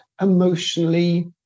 emotionally